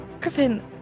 Griffin